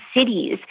cities